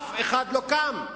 אף אחד לא קם.